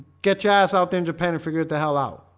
get you ass out there in japan and figure it the hell out.